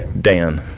dan.